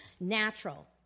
Natural